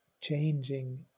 changing